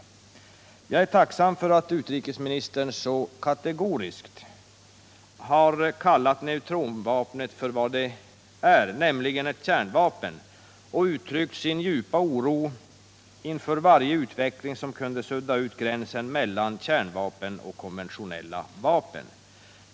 Jag är tacksam för att utrikesministern så kategoriskt har kallat neutronvapnet för vad det är, nämligen ett kärnvapen, och uttryckt sin ”djupa oro inför varje utveckling som kunde sudda ut gränsen mellan kärnvapen och konventionella vapen”.